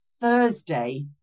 Thursday